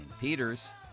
Peters